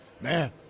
Man